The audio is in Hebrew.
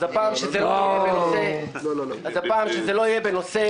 הפעם שזה לא יהיה בנושא --- הו,